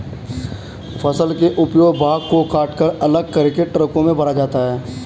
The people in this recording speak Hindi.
फसल के उपयोगी भाग को कटकर अलग करके ट्रकों में भरा जाता है